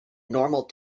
normal